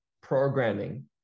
programming